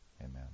amen